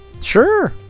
Sure